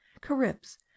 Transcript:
Caribs